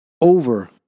over